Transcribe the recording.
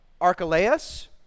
Archelaus